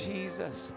Jesus